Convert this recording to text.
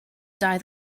dies